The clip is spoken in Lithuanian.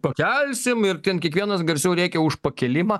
pakelsim ir ten kiekvienas garsiau rėkia už pakėlimą